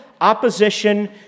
opposition